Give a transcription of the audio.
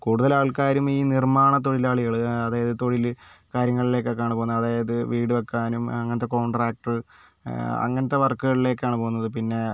കൂടുതലാൾക്കാരും ഈ നിർമാണ തൊഴിലാളികൾ അതായത് തൊഴിൽ കാര്യങ്ങളിലേക്കൊക്കെയാണ് പോകുന്നത് അതായത് വീട് വെക്കാനും അങ്ങനത്തെ കോണ്ട്രാക്ടറ് അങ്ങനത്തെ വർക്കുകളിലേക്കാണ് പോകുന്നത് പിന്നെ